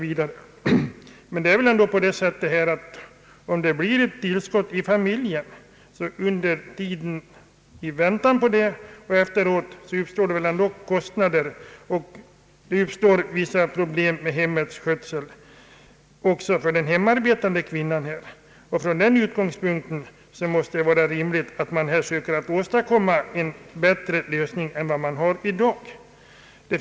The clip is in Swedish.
Men det är ändå så att det i samband med ett tillskott i familjen — under väntetiden och efteråt — uppstår kostnader och vissa problem med hemmets skötsel även för den hemarbetande kvinnan. Från den utgångspunkten måste det vara rimligt att man söker åstadkomma en bättre lösning än den man har i dag.